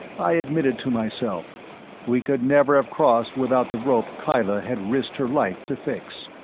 i admitted to myself we could never have crossed without the rope kyla had risked her life to fix.